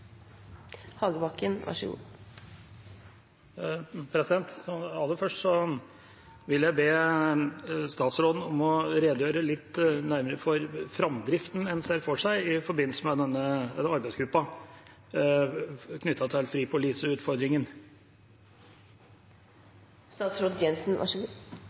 Aller først vil jeg be statsråden om å redegjøre litt nærmere for framdriften en ser for seg i forbindelse med arbeidsgruppen knyttet til fripoliseutfordringen. Som jeg nevnte i mitt innlegg, setter vi nå ned denne